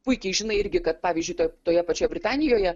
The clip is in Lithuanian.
puikiai žinai irgi kad pavyzdžiui toj toje pačioje britanijoje